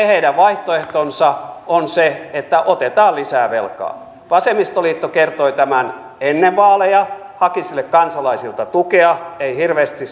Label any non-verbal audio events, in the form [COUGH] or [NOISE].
[UNINTELLIGIBLE] heidän vaihtoehtonsa on se että otetaan lisää velkaa vasemmistoliitto kertoi tämän ennen vaaleja haki sille kansalaisilta tukea ei hirveästi [UNINTELLIGIBLE]